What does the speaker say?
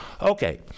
Okay